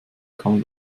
bekam